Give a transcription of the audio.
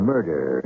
murder